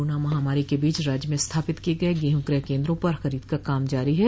corona महामारी के बीच राज्य में स्थापित किये गये गेहूँ क्रय केन्द्रों पर खरीद का काम जारी है